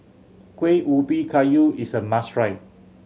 Kuih Ubi Kayu is a must try